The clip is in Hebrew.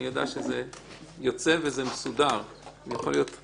אני יודע שזה יוצא וזה מסודר ואני יכול להיות רגוע.